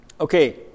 Okay